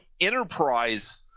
Enterprise